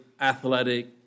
athletic